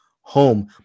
home